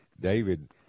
David